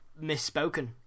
misspoken